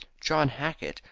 john hackett,